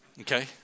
Okay